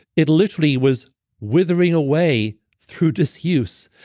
it literally was withering away through disuse.